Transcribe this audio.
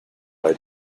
are